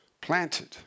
Planted